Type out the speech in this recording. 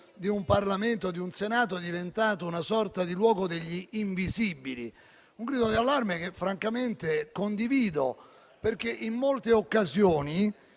di un Parlamento, di un Senato, diventato una sorta di luogo degli invisibili; un grido d'allarme che, francamente, condivido, perché in molte occasioni